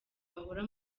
bahora